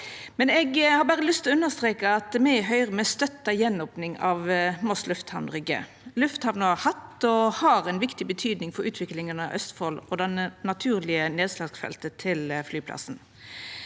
til å understreka at me i Høgre støttar ei gjenopning av Moss lufthamn, Rygge. Lufthamna har hatt og har ei viktig betydning for utviklinga av Østfold og det naturlege nedslagsfeltet til flyplassen.